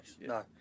No